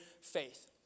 faith